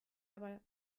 aber